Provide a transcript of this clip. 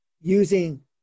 using